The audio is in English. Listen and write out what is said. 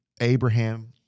Abraham